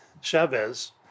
Chavez